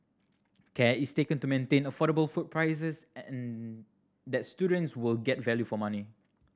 care is taken to maintain affordable food prices and that students will get value for money